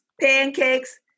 pancakes